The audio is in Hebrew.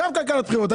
גם כלכלת בחירות.